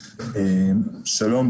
שלום.